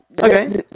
Okay